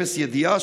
אפס ידיעה,